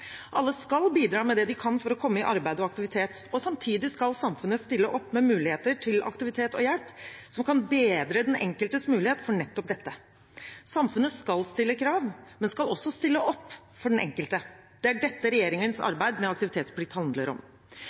Alle skal bidra med det de kan for å komme i arbeid og aktivitet, og samtidig skal samfunnet stille opp med muligheter til aktivitet og hjelp som kan bedre den enkeltes mulighet for nettopp dette. Samfunnet skal stille krav, men også stille opp for den enkelte. Det er dette regjeringens arbeid med aktivitetsplikt handler om.